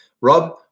Rob